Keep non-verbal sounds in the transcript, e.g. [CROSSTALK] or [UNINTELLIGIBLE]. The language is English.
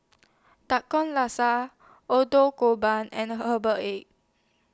[UNINTELLIGIBLE] Laksa Adoo [UNINTELLIGIBLE] and Herbal Egg